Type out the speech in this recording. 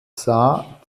sah